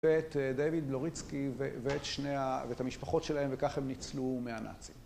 ואת דויד בלוריצקי ואת המשפחות שלהם, וכך הם ניצלו מהנאצים.